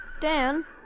Dan